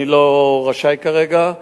אני לא רשאי כרגע.